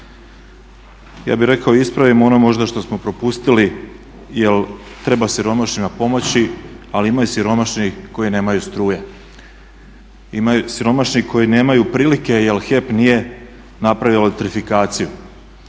ja bih rekao ispravio ono možda što smo propustili jer treba siromašnima pomoći, ali ima i siromašnih koji nemaju struje. Ima siromašnih koji nemaju prilike jer HEP nije napravio elektrifikaciju.